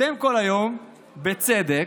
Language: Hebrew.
אתם כל היום, בצדק,